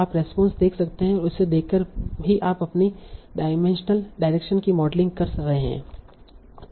आप रेस्पोंस देख रहे हैं और उसे देखकर ही आप अपनी डायमेंशनल डायरेक्शन की मॉडलिंग कर रहे हैं